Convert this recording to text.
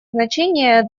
значение